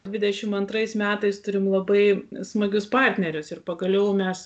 dvidešimt antrais metais turim labai smagius partnerius ir pagaliau mes